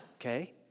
Okay